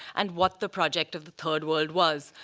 and what the project of the third world was.